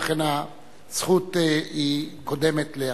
לכן הזכות לאחרים קודמת.